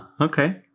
Okay